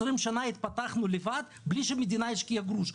20 שנה התפתחנו לבד בלי שהמדינה השקיעה גרוש,